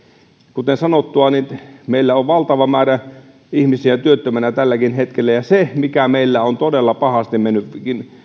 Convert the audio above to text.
kuten sanottua niin meillä on valtava määrä ihmisiä työttömänä tälläkin hetkellä ja se mikä meillä on todella pahasti mennyt